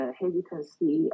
hesitancy